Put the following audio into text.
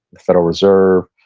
the federal reserve,